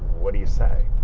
what do you say?